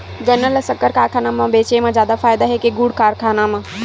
गन्ना ल शक्कर कारखाना म बेचे म जादा फ़ायदा हे के गुण कारखाना म?